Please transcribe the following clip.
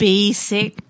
Basic